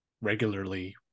regularly